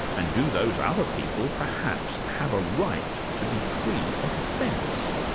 and do those other people perhaps have a right to be free of offence?